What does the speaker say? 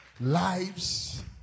lives